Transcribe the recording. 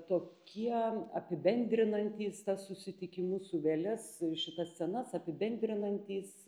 tokie apibendrinantys tas susitikimus su vėles šitas scenas apibendrinantys